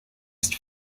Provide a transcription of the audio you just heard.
ist